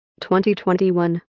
2021